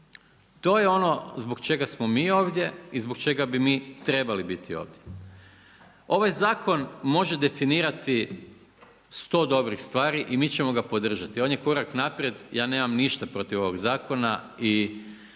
To je ono zbog čega smo mi ovdje i zbog čega bi mi trebali biti ovdje. Ovaj zakon može definirati 100 dobrih stvari i mi ćemo ga podržati. On je korak naprijed, ja nemam ništa protiv ovog zakona i